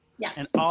Yes